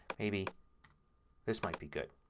maybe this might be good.